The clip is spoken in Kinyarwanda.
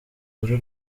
uri